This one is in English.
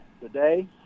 today